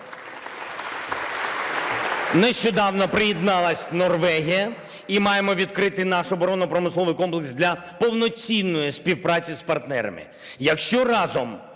Нещодавно приєдналась Норвегія, і маємо відкрити наш оборонно-промисловий комплекс для повноцінної співпраці з партнерами. Якщо разом